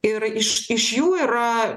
ir iš iš jų yra